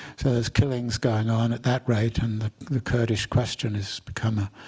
so there's killings going on at that rate. and the kurdish question has become a